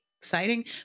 exciting